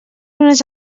unes